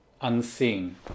unseen